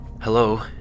Hello